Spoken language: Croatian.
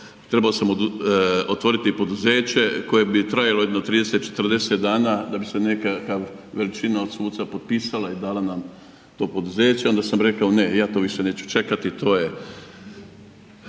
trebao sam otvoriti poduzeće koje bi trajalo jedno 30, 40 dana da bi se nekakva veličina od suca potpisala i dala nam to poduzeće, onda sam rekao ne, ja to više neću čekati, to je